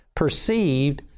perceived